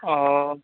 ओऽ